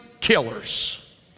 killers